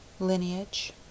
Lineage